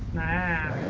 man